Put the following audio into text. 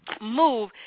Move